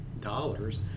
dollars